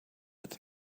its